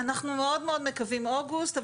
אנחנו מאוד מאוד מקווים שבאוגוסט,